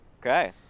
Okay